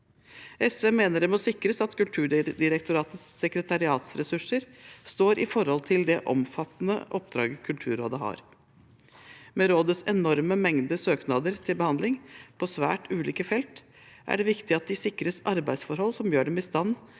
SV mener det må sikres at Kulturdirektoratets sekretariatsressurser står i forhold til det omfattende oppdraget Kulturrådet har. Med rådets enorme mengder søknader til behandling på svært ulike felt er det viktig at de sikres arbeidsforhold som gjør dem i stand